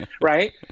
right